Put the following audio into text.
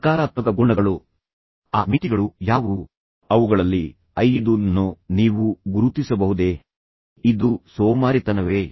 ಎಂದು ಹೇಳುತ್ತೀರಿ ಎಂದು ಭಾವಿಸೋಣ ಅವನು ನಿಮಗೆ ಭಯಂಕರವಾದ ಮಿಸ್ಟರ್ ಬಿ ಅವರ ದುರ್ಗುಣಗಳ ಪಟ್ಟಿಯನ್ನು ನೀಡುತ್ತಾನೆ ಎಂಬುದರಲ್ಲಿ ಸಂದೇಹವಿಲ್ಲ